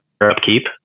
upkeep